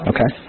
Okay